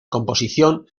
composición